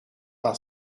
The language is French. par